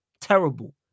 terrible